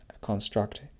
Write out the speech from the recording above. construct